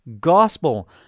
gospel